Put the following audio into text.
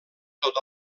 tot